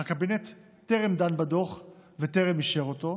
הקבינט טרם דן בדוח וטרם אישר אותו,